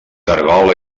caragol